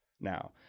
Now